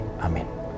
Amen